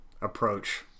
approach